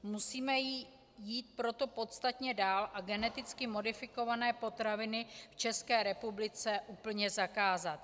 Musíme jít proto podstatně dál a geneticky modifikované potraviny v České republice úplně zakázat.